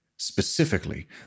Specifically